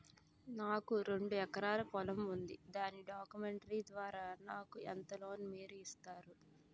నాకు రెండు ఎకరాల పొలం ఉంది దాని డాక్యుమెంట్స్ ద్వారా నాకు ఎంత లోన్ మీరు ఇస్తారు?